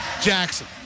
Jackson